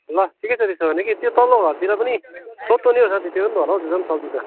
ल ठिकै छ त्यसो भने कि त्यो तल्लो घरतिर पनि सोध्नु नि हो साथी त्यता पनि छन् होला पनि हो सब्जी त